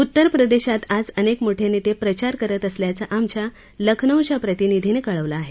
उत्तर प्रदेशात आज अनेक मोठे नेते प्रचार करत असल्याचं आमच्या लखनऊ च्या प्रतिनिधीनं कळवलं आहे